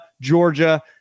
Georgia